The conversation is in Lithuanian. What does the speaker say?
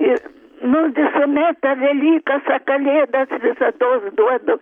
ir nu visuomet per velykas ar kalėdas visados duodu